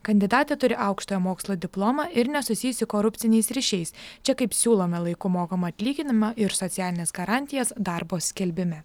kandidatė turi aukštojo mokslo diplomą ir nesusijusi korupciniais ryšiais čia kaip siūlome laiku mokamą atyginimą ir socialines garantijas darbo skelbime